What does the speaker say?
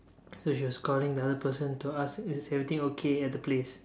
so she was calling the other person to ask is everything okay at the place